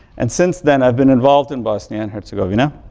and since then i've been involved in bosnia and herzegovina.